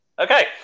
Okay